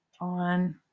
on